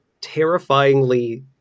terrifyingly